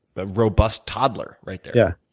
but robust toddler right there. yeah.